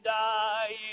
die